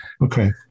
Okay